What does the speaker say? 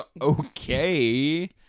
okay